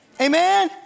Amen